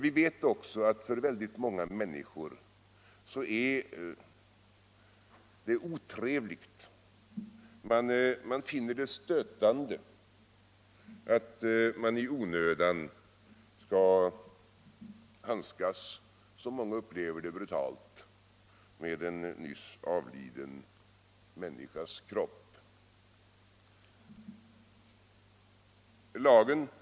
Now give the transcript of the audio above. Vi vet också att det för många människor är otrevligt, de finner det stötande, att man i onödan skall handskas —- såsom många upplever det — brutalt med en nyss avliden människas kropp.